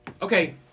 Okay